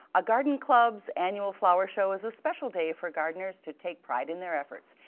a garden club's annual flower show is a special day for gardeners to take pride in their efforts.